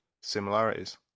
similarities